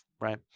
Right